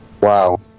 Wow